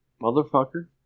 Motherfucker